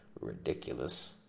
ridiculous